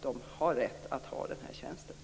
De har rätt till sina tjänster.